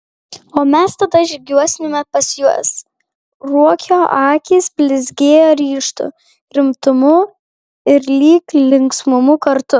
o mes tada žygiuosime pas juos ruokio akys blizgėjo ryžtu rimtumu ir lyg linksmumu kartu